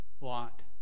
Lot